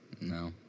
No